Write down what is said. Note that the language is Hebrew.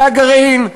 זה הגרעין,